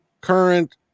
current